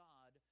God